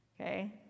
okay